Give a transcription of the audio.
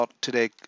today